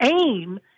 aim